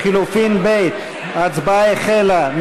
לחלופין ב' ההצבעה החלה.